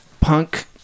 punk